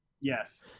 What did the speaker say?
Yes